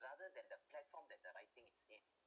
other than the platform that the writing is it